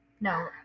No